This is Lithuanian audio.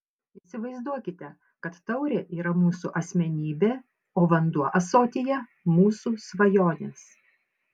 įsivaizduokite kad taurė yra mūsų asmenybė o vanduo ąsotyje mūsų svajonės